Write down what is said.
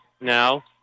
now